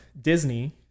Disney